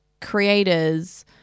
creators